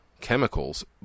chemicals